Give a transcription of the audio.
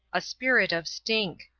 a spirit of stink.